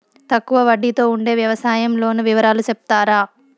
తక్కువ వడ్డీ తో ఉండే వ్యవసాయం లోను వివరాలు సెప్తారా?